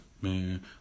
man